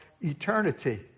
eternity